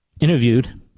interviewed